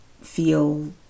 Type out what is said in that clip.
feel